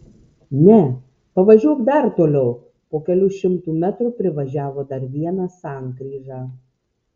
ne pavažiuok dar toliau po kelių šimtų metrų privažiavo dar vieną sankryžą